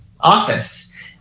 office